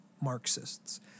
Marxists